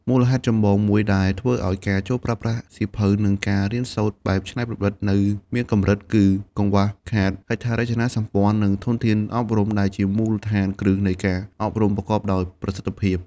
មូលហេតុចម្បងមួយដែលធ្វើឱ្យការចូលប្រើប្រាស់សៀវភៅ និងការរៀនសូត្របែបច្នៃប្រឌិតនៅមានកម្រិត គឺ កង្វះខាតហេដ្ឋារចនាសម្ព័ន្ធ និងធនធានអប់រំ ដែលជាមូលដ្ឋានគ្រឹះនៃការអប់រំប្រកបដោយប្រសិទ្ធភាព។